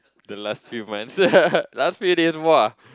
the last few months last few days !wah!